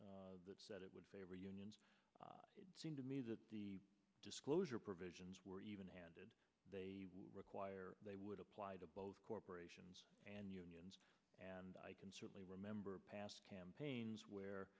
week that said it would favor unions it seemed to me that the disclosure provisions were even handed they require they would apply to both corporations and unions and i can certainly remember past campaigns where